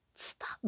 stop